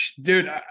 Dude